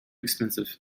expensive